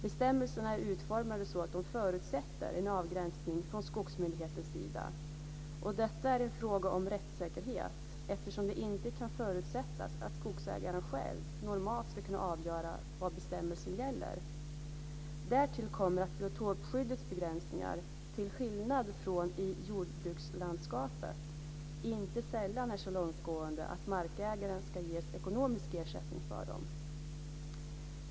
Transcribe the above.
Bestämmelserna är utformade så att de förutsätter en avgränsning från skogsmyndighetens sida. Detta är en fråga om rättssäkerhet, eftersom det inte kan förutsättas att skogsägaren själv normalt ska kunna avgöra var bestämmelsen gäller. Därtill kommer att biotopskyddets begränsningar, till skillnad från i jordbrukslandskapet, inte sällan är så långtgående att markägaren ska ges ekonomisk ersättning för dem.